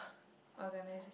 organize